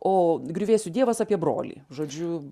o griuvėsių dievas apie brolį žodžiu